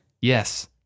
Yes